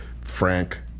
Frank